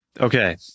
Okay